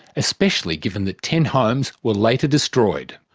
especially given that ten homes were later destroyed.